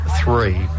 three